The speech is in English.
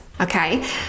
okay